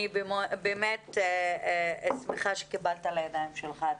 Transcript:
אני באמת שמחה שקיבלת לידיים שלך את